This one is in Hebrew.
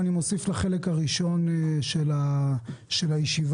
אני מוסיף לחלק הראשון של הישיבה: